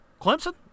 Clemson